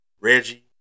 Reggie